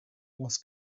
was